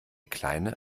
kleine